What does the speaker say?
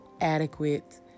adequate